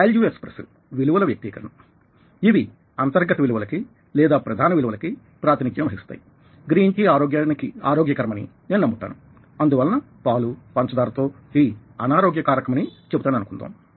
value ఎక్ప్రెసివ్విలువల వ్యక్తీకరణ ఇవి అంతర్గత విలువలకి లేదా ప్రధాన విలువలకి ప్రాతినిధ్యం వహిస్తాయిగ్రీన్ టీ ఆరోగ్యకరమని నేను నమ్ముతానుఅందువలన పాలూ పంచదార తో టీ అనారోగ్యకారకమని చెబుతాననుకుందాం